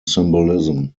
symbolism